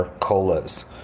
colas